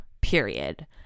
period